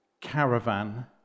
Caravan